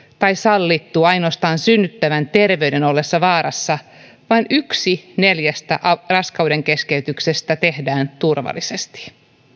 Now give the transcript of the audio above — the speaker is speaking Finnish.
tai sallittu ainoastaan synnyttävän terveyden ollessa vaarassa vain yksi neljästä raskaudenkeskeytyksestä tehdään turvallisesti